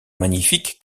magnifique